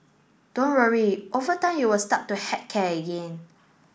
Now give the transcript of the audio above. don't worry over time you will start to heck care again